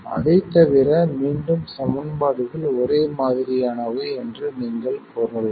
அதைத்தவிர மீண்டும் சமன்பாடுகள் ஒரே மாதிரியானவை என்று நீங்கள் கூறலாம்